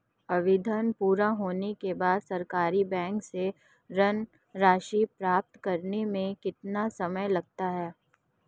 आवेदन पूरा होने के बाद सरकारी बैंक से ऋण राशि प्राप्त करने में कितना समय लगेगा?